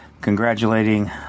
congratulating